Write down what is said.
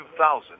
2000